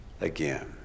again